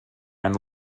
and